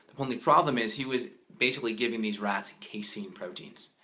um the problem is he was basically giving these rats casein proteins,